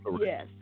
Yes